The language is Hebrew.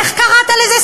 איך קראת לזה,